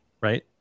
Right